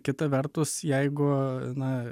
kita vertus jeigu na